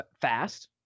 fast